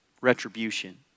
retribution